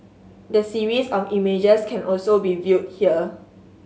the series of images can also be viewed here